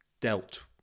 dealt